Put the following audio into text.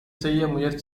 செய்ய